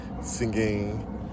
singing